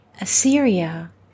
Assyria